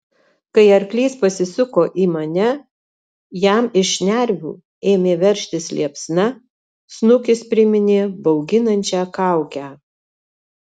kai arklys pasisuko į mane jam iš šnervių ėmė veržtis liepsna snukis priminė bauginančią kaukę